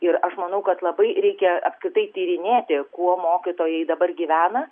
ir aš manau kad labai reikia apskritai tyrinėti kuo mokytojai dabar gyvena